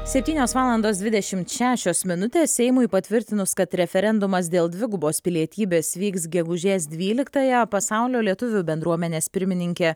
septynios valandos dvidešimt šešios minutės seimui patvirtinus kad referendumas dėl dvigubos pilietybės vyks gegužės dvyliktąją pasaulio lietuvių bendruomenės pirmininkė